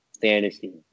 fantasy